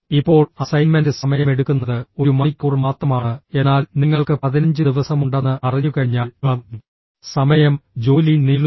ഇപ്പോൾ അസൈൻമെന്റ് സമയമെടുക്കുന്നത് ഒരു മണിക്കൂർ മാത്രമാണ് എന്നാൽ നിങ്ങൾക്ക് 15 ദിവസമുണ്ടെന്ന് അറിഞ്ഞുകഴിഞ്ഞാൽ സമയം ജോലി നീളുന്നു